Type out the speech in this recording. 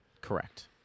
Correct